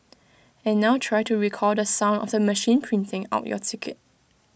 and now try to recall the sound of the machine printing out your ticket